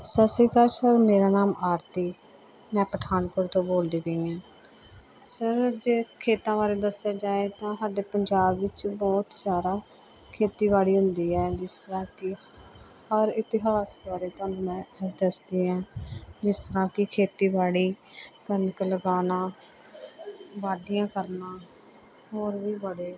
ਸਤਿ ਸ਼੍ਰੀ ਅਕਾਲ ਸਰ ਮੇਰਾ ਨਾਮ ਆਰਤੀ ਮੈਂ ਪਠਾਨਕੋਟ ਤੋਂ ਬੋਲਦੀ ਪਈ ਐਂ ਸਰ ਜੇ ਖੇਤਾਂ ਬਾਰੇ ਦੱਸਿਆ ਜਾਏ ਤਾਂ ਸਾਡੇ ਪੰਜਾਬ ਵਿੱਚ ਬਹੁਤ ਜ਼ਿਆਦਾ ਖੇਤੀਬਾੜੀ ਹੁੰਦੀ ਹੈ ਜਿਸ ਤਰ੍ਹਾਂ ਕਿ ਹਰ ਇਤਿਹਾਸ ਬਾਰੇ ਤੁਹਾਨੂੰ ਮੈਂ ਦੱਸਦੀ ਐ ਜਿਸ ਤਰ੍ਹਾਂ ਕਿ ਖੇਤੀਬਾੜੀ ਕਣਕ ਲਗਾਉਣਾ ਵਾਢੀਆਂ ਕਰਨਾ ਹੋਰ ਵੀ ਬੜੇ